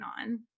on